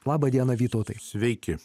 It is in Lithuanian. labą dieną vytautai sveiki